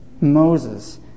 Moses